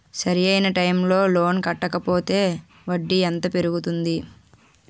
సరి అయినా టైం కి లోన్ కట్టకపోతే వడ్డీ ఎంత పెరుగుతుంది?